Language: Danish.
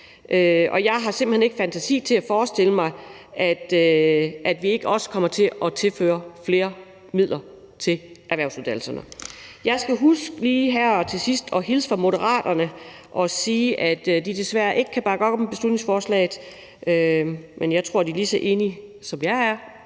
jeg har simpelt hen ikke fantasi til at forestille mig, at vi ikke også kommer til at tilføre flere midler til erhvervsuddannelserne. Jeg skal lige her til sidst huske at hilse fra Moderaterne og sige, at de desværre ikke kan bakke op om beslutningsforslaget. Men jeg tror, de er lige så enige, som jeg er,